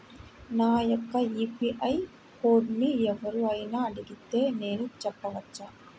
నా యొక్క యూ.పీ.ఐ కోడ్ని ఎవరు అయినా అడిగితే నేను చెప్పవచ్చా?